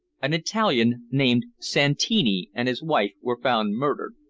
an italian named santini and his wife were found murdered.